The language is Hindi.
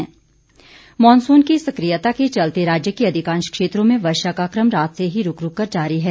मौसम मॉनसून की सक्रियता के चलते राज्य के अधिकांश क्षेत्रों में वर्षा का कम रात से ही रूक रूक कर जारी है